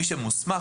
מי שמוסמך,